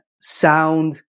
sound